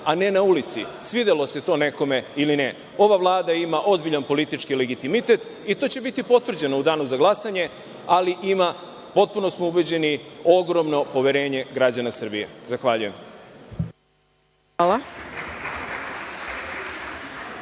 a ne na ulici, svidelo se to nekome ili ne. Ova Vlada ima ozbiljan politički legitimitet i to će biti potvrđeno u danu za glasanje, ali ima, potpuno smo ubeđeni, ogromno poverenje građana Srbije. Zahvaljujem. **Maja